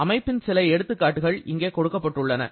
அமைப்பின் சில எடுத்துக்காட்டுகள் இங்கே கொடுக்கப்பட்டுள்ளன